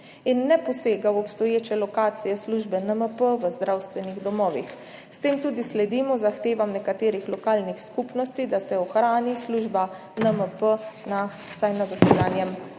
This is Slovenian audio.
in ne posega v obstoječe lokacije službe NMP v zdravstvenih domovih. S tem tudi sledimo zahtevam nekaterih lokalnih skupnosti, da se ohrani služba NMP vsaj na dosedanjem